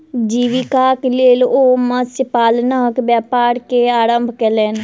जीवीकाक लेल ओ मत्स्य पालनक व्यापार के आरम्भ केलैन